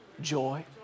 Joy